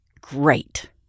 great